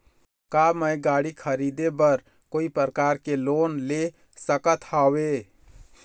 का मैं गाड़ी खरीदे बर कोई प्रकार के लोन ले सकत हावे?